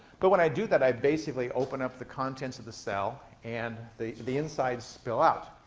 but when i do that, i basically open up the contents of the cell and the the insides spill out.